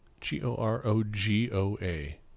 G-O-R-O-G-O-A